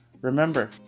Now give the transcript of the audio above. remember